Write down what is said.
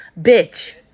Bitch